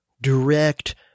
direct